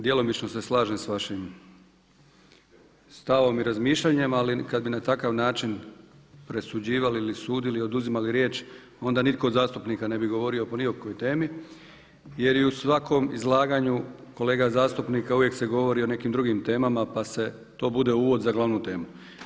Djelomično se slažem sa vašim stavom i razmišljanjem ali kada bi na takav način presuđivali ili sudili i oduzimali riječ onda nitko od zastupnika ne bi govorio po nikakvoj temi jer i u svakom izlaganju kolega zastupnika uvijek se govori o nekim drugim temama pa to bude uvod za glavnu temu.